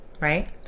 Right